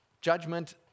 Judgment